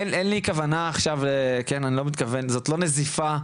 אין לי כוונה עכשיו, זאת לא נזיפה.